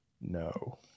no